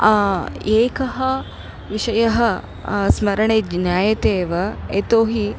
एकः विषयः स्मरणे ज्ञायते एव यतोहि